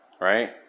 Right